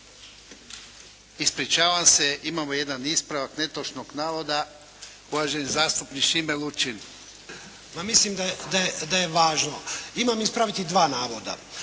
Ispričavam se imamo jedan ispravak netočnog navoda uvaženi zastupnik Šime Lučin. **Lučin, Šime (SDP)** Ma mislim da je važno. Imam ispraviti dva navoda.